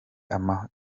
akunda